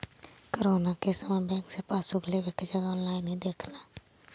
corona के समय bank से पासबुक लेवे के जगह ऑनलाइन ही देख ला